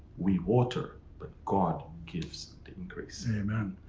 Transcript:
we water, but god gives the increase. amem.